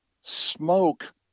smoke